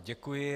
Děkuji.